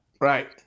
Right